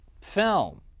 film